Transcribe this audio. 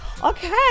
Okay